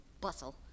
bustle